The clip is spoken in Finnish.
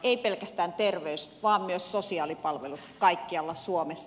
ei pelkästään terveys vaan myös sosiaalipalvelut kaikkialla suomessa